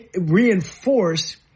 Reinforce